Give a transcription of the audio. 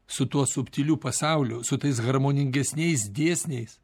su tuo subtiliu pasauliu su tais harmoningesniais dėsniais